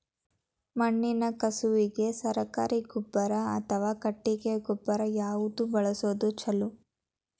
ಮಣ್ಣಿನ ಕಸುವಿಗೆ ಸರಕಾರಿ ಗೊಬ್ಬರ ಅಥವಾ ಕೊಟ್ಟಿಗೆ ಗೊಬ್ಬರ ಯಾವ್ದು ಬಳಸುವುದು ಛಲೋ?